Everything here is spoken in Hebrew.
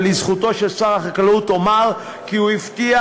ולזכותו של שר החקלאות ייאמר כי הוא הבטיח